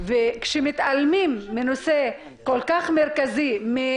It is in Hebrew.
כאשר מתעלמים מנושא כל כך מרכזי,